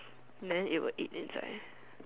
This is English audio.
then it will eat inside